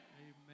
Amen